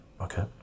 okay